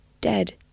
dead